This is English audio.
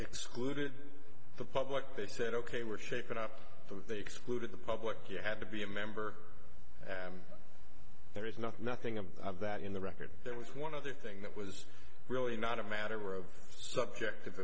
excluded the public they said ok we're shaken up so they excluded the public you have to be a member and there is nothing nothing of that in the record there was one other thing that was really not a matter of subjective